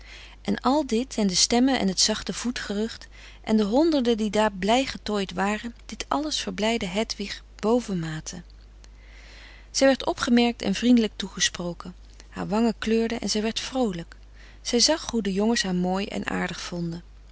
en al dit en de stemmen en het zachte voetgerucht en de honderden die daar blij getooid waren dit alles verblijdde hedwig bovenmate zij werd opgemerkt en vriendelijk toegesproken haar wangen kleurden en zij werd vroolijk zij zag hoe de jongens haar mooi en aardig vonden